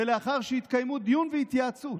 ולאחר שיתקיימו דיון והתייעצות"